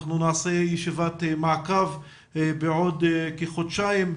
אנחנו נעשה ישיבת מעקב בעוד כחודשיים,